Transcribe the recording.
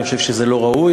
אני חושב שזה לא ראוי.